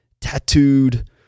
tattooed